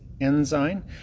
enzyme